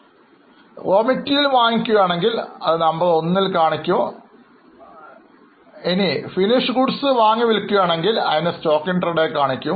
അസംസ്കൃതവസ്തുക്കൾ വാങ്ങുകയാണെങ്കിൽ അത് number I കാണിക്കും നിർമ്മാണം പൂർത്തിയാക്കിയ വസ്തു വാങ്ങി വിൽക്കുകയാണെങ്കിൽ അതിനെ Stock in trade എന്ന് കാണിക്കും